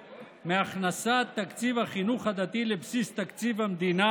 מהכנסת תקציב החינוך הדתי לבסיס תקציב המדינה.